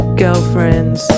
girlfriends